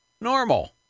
normal